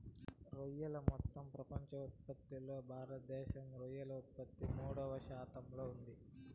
రొయ్యలు మొత్తం ప్రపంచ ఉత్పత్తిలో భారతదేశంలో రొయ్యల ఉత్పత్తి పదమూడు శాతంగా ఉంది